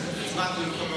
ההצעה להעביר את הנושא